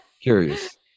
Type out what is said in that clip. curious